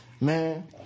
Man